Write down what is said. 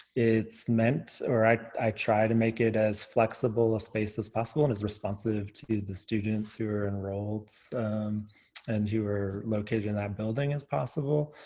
it's meant i i try to make it as flexible a space as possible and is responsive to the students who are enrolled and who are located in that building as possible.